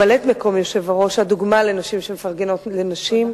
ממלאת-מקום היושב-ראש היא דוגמה לנשים שמפרגנות לנשים.